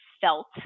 felt